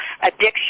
addiction